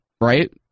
right